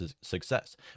success